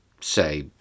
say